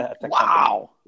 Wow